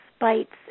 bites